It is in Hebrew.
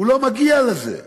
הוא לא מגיע לזה,